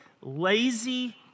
lazy